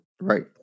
Right